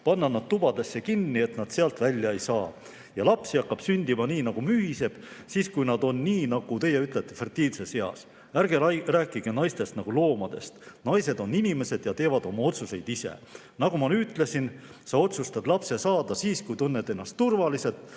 panna nad tubadesse kinni, nii et nad sealt välja ei saa. Ja lapsi hakkab sündima nii nagu mühiseb, siis, kui nad on, nii nagu teie ütlete, fertiilses eas. Ärge rääkige naistest nagu loomadest. Naised on inimesed ja teevad oma otsuseid ise. Nagu ma ütlesin, sa otsustad lapse saada siis, kui tunned ennast turvaliselt.